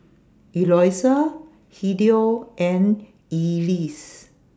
Eloisa Hideo and Elease